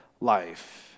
life